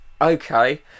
okay